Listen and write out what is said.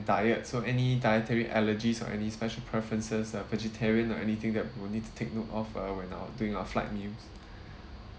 diet so any dietary allergies or any special preferences ah vegetarian or anything that we'll need to take note of uh when I would doing our flight meals